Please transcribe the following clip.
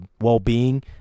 well-being